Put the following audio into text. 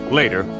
later